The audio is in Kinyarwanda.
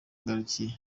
ngarukiye